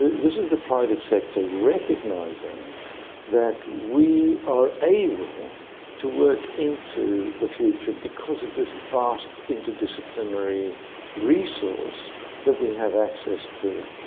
this is the private sector recognising that we are able to work into the future because of this vast inter-disciplinary resource that we have access to.